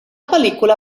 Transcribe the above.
pel·lícula